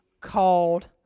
called